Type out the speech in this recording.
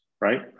right